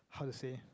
how to say